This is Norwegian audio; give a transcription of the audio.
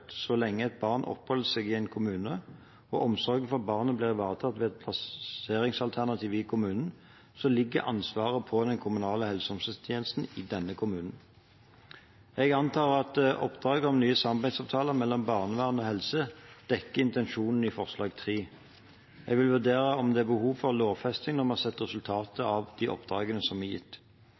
så lenge et barn oppholder seg i en kommune og omsorgen for barnet blir ivaretatt ved et plasseringsalternativ i kommunen, ligger ansvaret på den kommunale helse- og omsorgstjenesten i denne kommunen. Jeg antar at oppdraget om nye samarbeidsavtaler mellom barnevern og helse dekker intensjonene i forslag nr. 3. Jeg vil vurdere om det er behov for lovfesting når vi har sett resultatet av de oppdragene som er gitt.